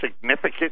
significant